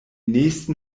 nächsten